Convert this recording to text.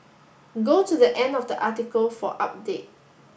go to the end of the article for update